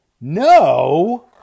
No